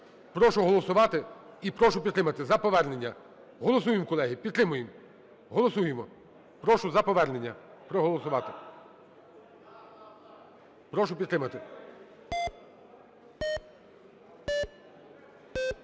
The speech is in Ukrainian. Прошу голосувати і прошу підтримати за повернення. Голосуємо, колеги, підтримуємо! Голосуємо! Прошу за повернення проголосувати. Прошу підтримати.